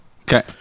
Okay